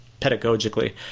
pedagogically